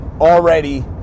already